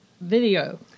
video